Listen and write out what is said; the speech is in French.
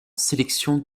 sélection